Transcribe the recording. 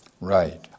Right